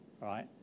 right